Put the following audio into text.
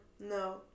No